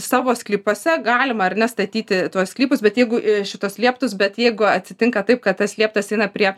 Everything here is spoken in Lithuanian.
savo sklypuose galima ar ne statyti tuos sklypus bet jeigu ir šituos lieptus bet jeigu atsitinka taip kad tas lieptas eina prie